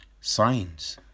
signs